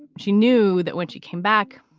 she knew that when she came back,